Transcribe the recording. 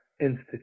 Institute